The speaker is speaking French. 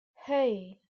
hey